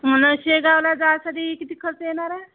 मला शेगावला जायसाठी किती खर्च येणार आहे